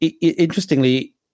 interestingly